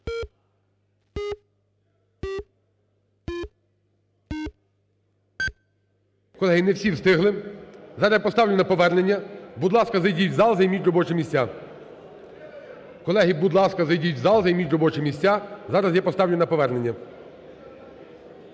Колеги, не всі встигли. Зараз я поставлю на повернення. Будь ласка, зайдіть в зал, займіть робочі місця. Колеги, будь ласка, зайдіть в зал, займіть робочі місця. Зараз я поставлю на повернення.